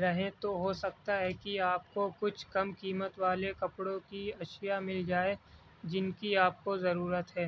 رہیں تو ہو سکتا ہے کہ آپ کو کچھ کم قیمت والے کپڑوں کی اشیاء مل جائیں جن کی آپ کو ضرورت ہے